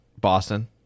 Boston